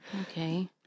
Okay